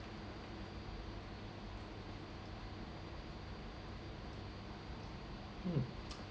mm